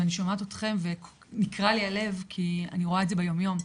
ואני שומעת אתכם ונקרע לי הלב כי אני רואה את זה ביום יום,